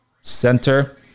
Center